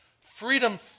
Freedom